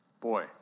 boy